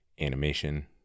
Animation